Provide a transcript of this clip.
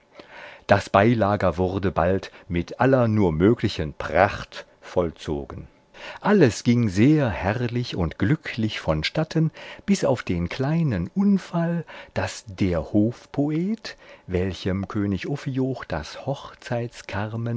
das beilager wurde bald mit aller nur möglichen pracht vollzogen alles ging sehr herrlich und glücklich von statten bis auf den kleinen unfall daß der hofpoet welchem könig ophioch das